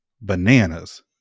bananas